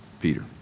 Peter